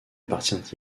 appartient